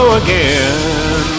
again